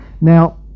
Now